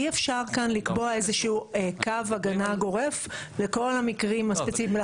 אי אפשר כן לקבוע איזה שהוא קו הגנה גורף לכל המקרים הספציפיים.